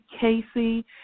Casey